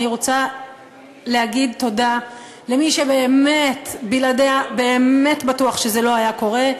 אני רוצה להגיד תודה למי שבלעדיה באמת בטוח שזה לא היה קורה,